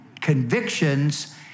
convictions